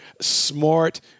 smart